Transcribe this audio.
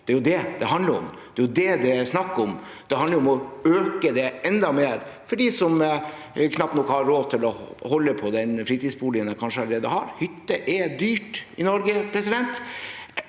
Det er jo det det handler om, det er jo det det er snakk om. Det handler om å øke det enda mer for dem som kanskje knapt har råd til å holde på den fritidsboligen de allerede har. Hytte er dyrt i Norge. Klarer